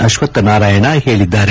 ಅಶ್ವತ್ನಾರಾಯಣ ಹೇಳಿದ್ದಾರೆ